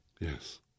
Yes